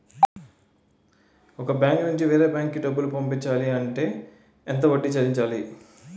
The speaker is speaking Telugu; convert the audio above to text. ఒక బ్యాంక్ నుంచి వేరే బ్యాంక్ కి డబ్బులు పంపించాలి అంటే ఎంత వడ్డీ చెల్లించాలి?